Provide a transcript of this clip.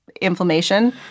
inflammation